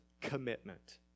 commitment